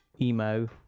emo